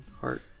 heart